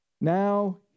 Now